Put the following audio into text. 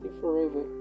forever